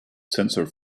tensor